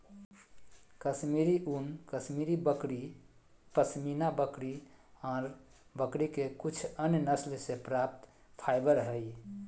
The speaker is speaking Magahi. कश्मीरी ऊन, कश्मीरी बकरी, पश्मीना बकरी ऑर बकरी के कुछ अन्य नस्ल से प्राप्त फाइबर हई